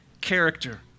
character